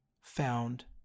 found